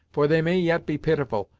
for they may yet be pitiful,